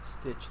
Stitch